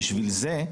בשביל זה,